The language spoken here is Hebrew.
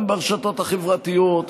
גם ברשתות החברתיות,